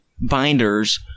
binders